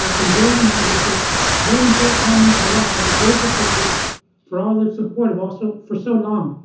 ah in joining me with this very important moment in my life and i'm grateful to you for all the support ah so for so long.